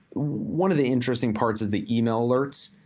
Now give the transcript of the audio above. one of the interesting parts is the email alerts,